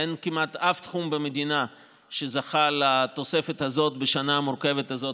אין כמעט אף תחום במדינה שזכה לתוספת הזאת בשנה המורכבת הזאת,